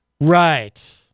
Right